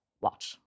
watch